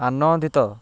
ଆନନ୍ଦିତ